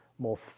more